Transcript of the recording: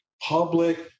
public